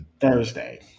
Thursday